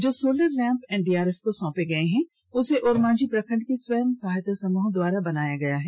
जो solar lamp NDRF को सौंपे गये हैं उसे ओरमांझी प्रखंड की स्वयं सहायता समूह द्वारा बनाया गया है